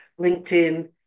LinkedIn